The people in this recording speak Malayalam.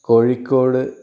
കോഴിക്കോട്